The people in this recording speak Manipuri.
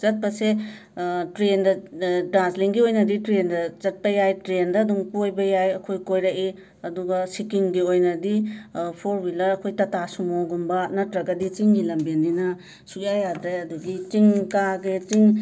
ꯆꯠꯄꯁꯦ ꯇ꯭ꯔꯦꯟꯗ ꯗꯥꯔꯁꯂꯤꯡꯒꯤ ꯑꯣꯏꯅꯗꯤ ꯇ꯭ꯔꯦꯟꯗ ꯆꯠꯄ ꯌꯥꯏ ꯇ꯭ꯔꯦꯟꯗ ꯑꯗꯨꯝ ꯀꯣꯏꯕ ꯌꯥꯏ ꯑꯩꯈꯣꯏ ꯀꯣꯏꯔꯛꯏ ꯑꯗꯨꯒ ꯁꯤꯀꯤꯝꯒꯤ ꯑꯣꯏꯅꯗꯤ ꯐꯣꯔ ꯋꯤꯂꯔ ꯑꯩꯈꯣꯏ ꯇꯥꯇꯥ ꯁꯨꯃꯣꯒꯨꯝꯕ ꯅꯇ꯭ꯔꯒꯗꯤ ꯆꯤꯡꯒꯤ ꯂꯝꯕꯤꯅꯤꯅ ꯁꯨꯛꯌꯥ ꯌꯥꯗꯔꯦ ꯑꯗꯒꯤ ꯆꯤꯡ ꯀꯥꯒꯦ ꯆꯤꯡ